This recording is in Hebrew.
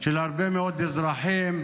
של הרבה מאוד אזרחים,